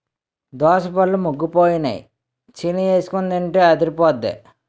దోసపళ్ళు ముగ్గిపోయినై చీనీఎసికొని తింటే అదిరిపొద్దే